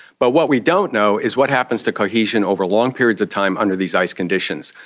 but what we don't know is what happens to cohesion over long periods of time under these ice conditions.